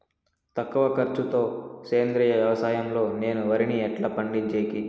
తక్కువ ఖర్చు తో సేంద్రియ వ్యవసాయం లో నేను వరిని ఎట్లా పండించేకి?